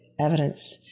evidence